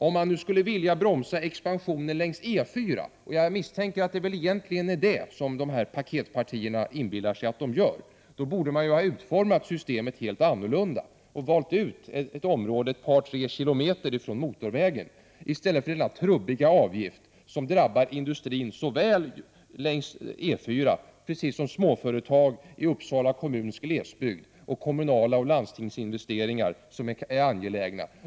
Om man nu skulle vilja bromsa expansionen längs E 4— och jag misstänker att det är egentligen detta som paketpartierna inbillar sig att de gör — borde man ha utformat systemet helt annorlunda och valt ut ett område ett par kilometer från motorvägen i stället för denna trubbiga avgift, som drabbar såväl industri längs E 4 som småföretag i Uppsala kommuns glesbygd samt kommunala investeringar och landstingsinvesteringar som är angelägna.